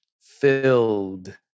filled